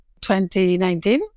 2019